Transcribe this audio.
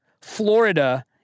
Florida